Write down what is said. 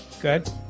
good